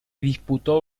disputó